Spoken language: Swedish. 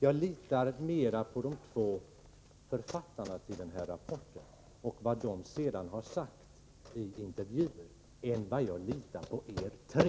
Jag litar mer på de två författarna till denna rapport och vad de sedan har sagt i intervjuer än vad jag litar på er tre.